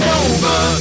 over